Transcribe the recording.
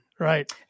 Right